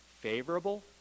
favorable